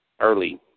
early